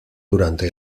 durante